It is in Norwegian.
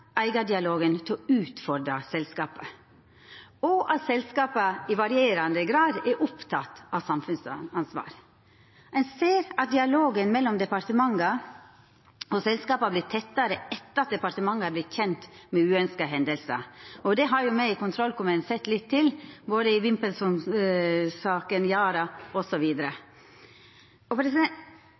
til å utfordra selskapa, og at selskapa i varierande grad er opptekne av samfunnsansvar. Ein ser at dialogen mellom departementa og selskapa har vorte tettare etter at departementa er vorte kjende med uønskte hendingar. Det har me i kontrollkomiteen sett litt til, både i